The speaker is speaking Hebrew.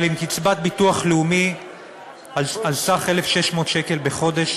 אבל עם קצבת הביטוח הלאומי על סך 1,600 שקל בחודש,